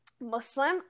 muslim